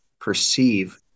perceive